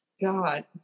God